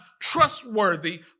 trustworthy